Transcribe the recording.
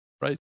right